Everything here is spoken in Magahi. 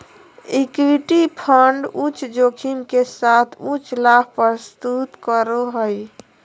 इक्विटी फंड उच्च जोखिम के साथ उच्च लाभ प्रस्तुत करो हइ